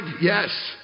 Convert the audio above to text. yes